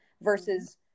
versus